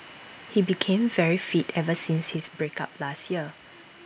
he became very fit ever since his break up last year